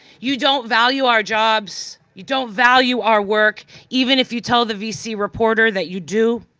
you don't value our jobs, you don't value our work even if you tell the vc reporter that you do.